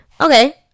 Okay